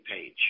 page